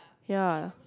ya